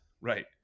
Right